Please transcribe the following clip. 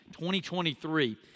2023